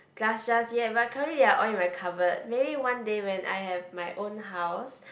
glass jars yet but currently they're all in my cupboard maybe one day when I have my own house